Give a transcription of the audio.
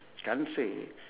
can't say